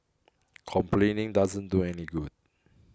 complaining doesn't do any good